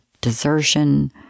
desertion